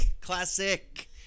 Classic